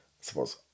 suppose